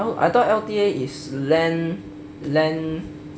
I thought L_T_A is land land